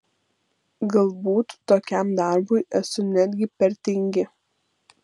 galbūt tokiam darbui esu netgi per tingi